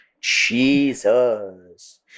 Jesus